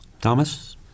Thomas